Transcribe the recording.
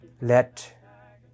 Let